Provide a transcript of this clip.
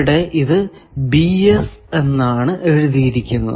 ഇവിടെ ഇത് എന്നാണ് എഴുതിയിരിക്കുന്നത്